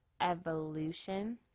evolution